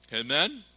Amen